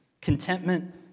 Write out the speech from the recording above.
contentment